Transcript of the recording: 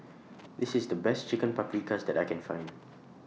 This IS The Best Chicken Paprikas that I Can Find